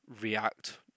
react